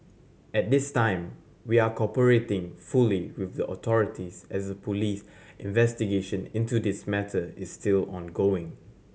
at this time we are cooperating fully with the authorities as a police investigation into this matter is still ongoing